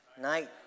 night